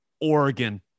Oregon